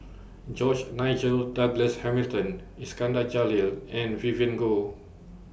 George Nigel Douglas Hamilton Iskandar Jalil and Vivien Goh